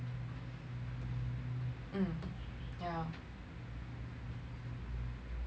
mmhmm yeah